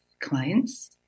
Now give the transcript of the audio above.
clients